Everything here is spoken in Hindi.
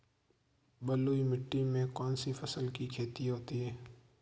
बलुई मिट्टी में कौनसी फसल की खेती होती है?